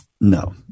No